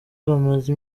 bamaze